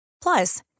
Plus